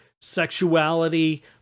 sexuality